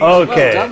okay